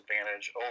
advantage